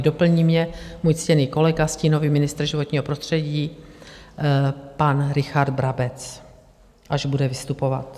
Doplní mě můj ctěný kolega, stínový ministr životního prostředí pan Richard Brabec, až bude vystupovat.